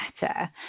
better